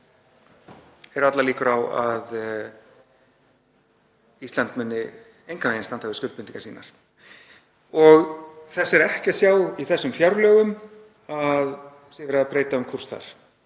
eru allar líkur á að Ísland muni engan veginn standa við skuldbindingar sínar. Það er ekki að sjá í þessum fjárlögum að verið sé að breyta um kúrs.